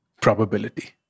probability